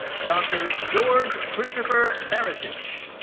dr. george christopher barisich.